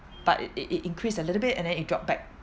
but it it it increased a little bit and then it dropped back